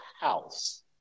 house